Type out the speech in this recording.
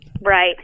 Right